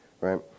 right